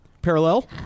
parallel